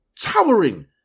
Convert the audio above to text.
towering